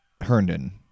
Herndon